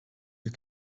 you